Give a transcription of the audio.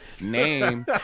name